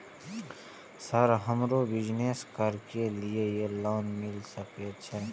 Sir हमरो business करके ली ये लोन मिल सके छे?